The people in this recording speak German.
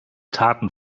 taten